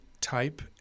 type